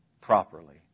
properly